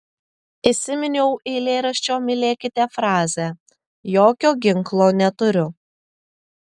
įsiminiau eilėraščio mylėkite frazę jokio ginklo neturiu